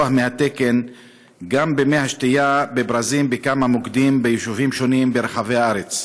מהתקן גם במי השתייה בברזים בכמה מוקדים ביישובים שונים ברחבי הארץ.